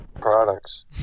products